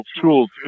tools